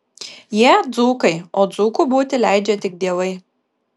jie dzūkai o dzūku būti leidžia tik dievai